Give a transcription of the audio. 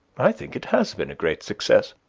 i think it has been a great success.